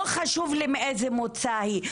לא חשוב לי מאיזה מוצא היא,